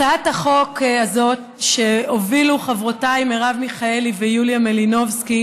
הצעת החוק הזאת שהובילו חברותיי מרב מיכאלי ויוליה מלינובסקי